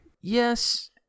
Yes